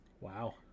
wow